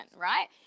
right